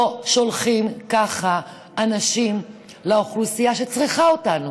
לא שולחים ככה אנשים לאוכלוסייה שצריכה אותנו,